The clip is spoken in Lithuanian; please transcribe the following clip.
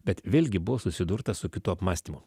bet vėlgi buvo susidurta su kitu apmąstymu